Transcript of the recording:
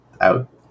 out